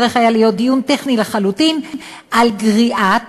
צריך היה להיות דיון טכני לחלוטין על גריעת